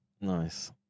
Nice